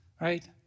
Right